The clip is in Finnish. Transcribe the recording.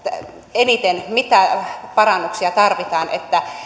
eniten mitä parannuksia tarvitaan niin että